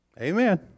Amen